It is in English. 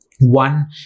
one